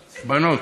הבנות.